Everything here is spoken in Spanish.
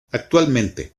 actualmente